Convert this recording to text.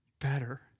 better